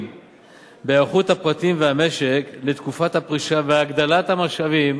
בהיערכות הפרטים והמשק לתקופת הפרישה והגדלת המשאבים